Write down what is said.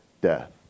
death